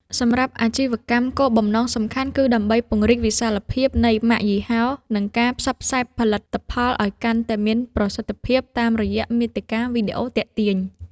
សម្រាប់អាជីវកម្ម គោលបំណងសំខាន់គឺដើម្បីពង្រីកវិសាលភាពនៃម៉ាកយីហោ និងការផ្សព្វផ្សាយផលិតផលឱ្យកាន់តែមានប្រសិទ្ធភាពតាមរយៈមាតិកាវីដេអូទាក់ទាញ។